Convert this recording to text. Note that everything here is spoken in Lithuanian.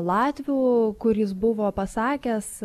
latvių kur jis buvo pasakęs